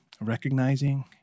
recognizing